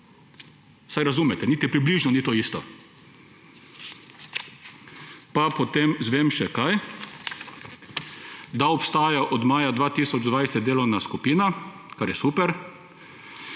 Saj razumete, niti približno ni to isto. Pa potem izvem še – kaj? – da obstaja od maja 2020 delovna skupina, kar je super,